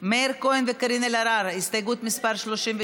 מאיר כהן וקארין אלהרר, הסתייגות 33?